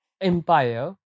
empire